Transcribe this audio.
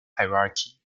hierarchy